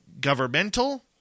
governmental